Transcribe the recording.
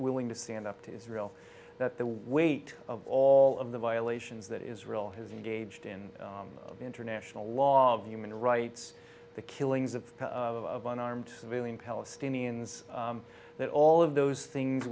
willing to stand up to israel that the weight of all of the violations that israel has engaged in international law of human rights the killings of unarmed civilian palestinians that all of those things